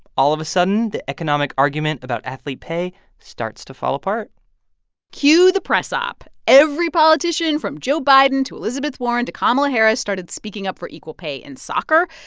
all of a sudden, the economic argument about athlete pay starts to fall apart cue the press op. every politician from joe biden to elizabeth warren to kamala harris started speaking up for equal pay in soccer.